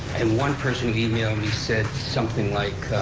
and one person who emailed me said something like,